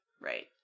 right